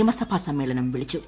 നിയമസഭാ സമ്മേളനം വിളിച്ചു